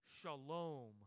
shalom